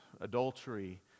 adultery